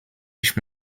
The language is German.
ich